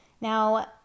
Now